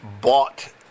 bought